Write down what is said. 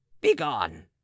Begone